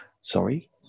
Sorry